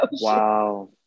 Wow